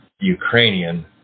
Ukrainian